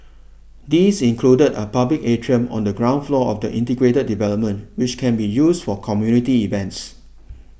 these included a public atrium on the ground floor of the integrated development which can be used for community events